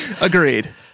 Agreed